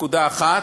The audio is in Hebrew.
נקודה אחת,